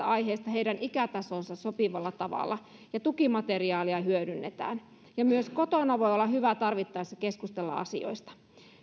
aiheista heidän ikätasoonsa sopivalla tavalla ja tukimateriaalia hyödynnetään ja myös kotona voi olla hyvä tarvittaessa keskustella asioista